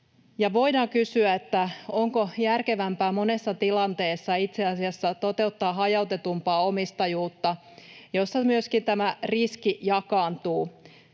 Voidaan kysyä, onko järkevämpää monessa tilanteessa itse asiassa toteuttaa hajautetumpaa omistajuutta, jossa myöskin tämä riski jakaantuu,